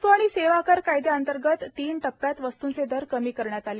वस्तू आणि सेवा कर कायदयांतर्गत तीन टप्प्यात वस्तूंचे दर कमी करण्यात आले